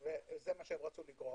זה מה שהם רצו לגרום.